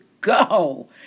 go